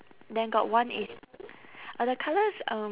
then got one is are the colours um